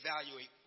evaluate